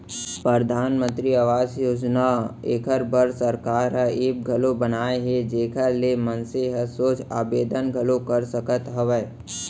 परधानमंतरी आवास योजना एखर बर सरकार ह ऐप घलौ बनाए हे जेखर ले मनसे ह सोझ आबेदन घलौ कर सकत हवय